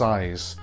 Size